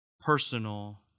personal